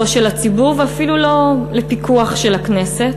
לא של הציבור ואפילו לא לפיקוח של הכנסת.